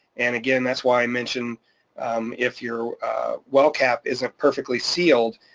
and again, that's why i mentioned if your well cap isn't perfectly sealed,